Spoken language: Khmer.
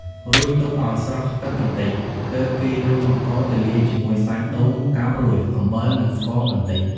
រួចទុកឱ្យស្រស់ទឹកបន្តិច ទើបគេយកអង្ករទៅលាយជាមួយសាច់ដូងកោសរួច អំបិល និងស្ករបន្តិច ។